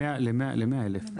ל-100,000.